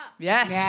Yes